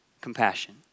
Compassion